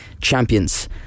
champions